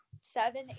seven